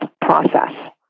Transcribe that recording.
process